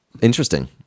interesting